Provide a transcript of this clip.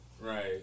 right